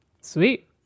Sweet